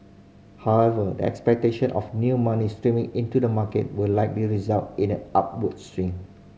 however the expectation of new money streaming into the market will likely result in an upward swing